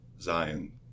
Zion